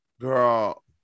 Girl